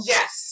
Yes